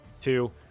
two